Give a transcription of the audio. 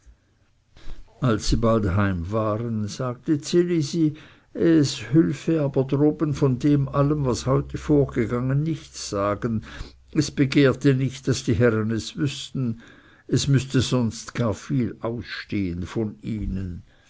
als sie bald heim waren sagte ds elisi es hülfe aber droben von dem allem was heute vorgegangen nichts sagen es begehrte nicht daß die herren es wüßten es müßte sonst gar viel ausstehen von ihnen